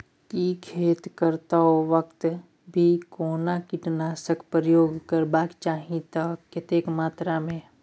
की खेत करैतो वक्त भी कोनो कीटनासक प्रयोग करबाक चाही त कतेक मात्रा में?